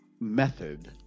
method